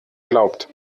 glaubt